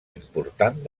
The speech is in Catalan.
important